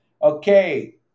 Okay